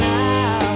now